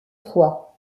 fois